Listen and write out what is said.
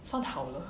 算好了